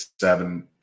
seven